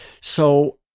So-